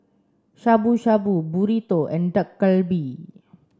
Shabu Shabu Burrito and Dak Galbi